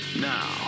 Now